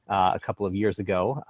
a couple of years ago,